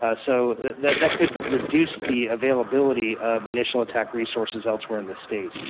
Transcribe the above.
ah so that that could reduce the availability of initial attack resources elsewhere and the state.